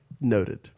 noted